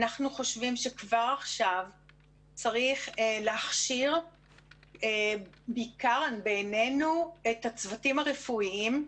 אנחנו חושבים שכבר עכשיו צריך להכשיר בעיקר את הצוותים הרפואיים,